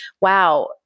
wow